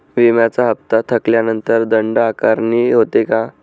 विम्याचा हफ्ता थकल्यानंतर दंड आकारणी होते का?